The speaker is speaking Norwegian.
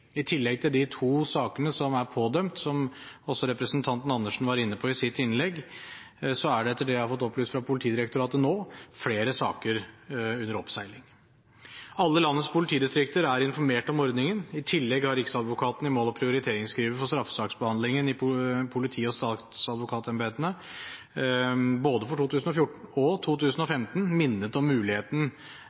I tillegg til de to sakene som er pådømt, som også representanten Andersen var inne på i sitt innlegg, er det, etter det jeg har fått opplyst fra Politidirektoratet, nå flere saker under oppseiling. Alle landets politidistrikter er informert om ordningen. I tillegg har Riksadvokaten i mål- og prioriteringsskrivet for straffesaksbehandlingen i politi- og statsadvokatembetene for både 2014 og 2015 minnet om muligheten